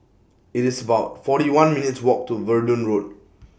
IT IS about forty one minutes' Walk to Verdun Road